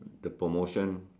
the promotion